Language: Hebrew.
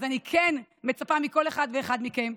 אז אני כן מצפה מכל אחד ואחד מכם,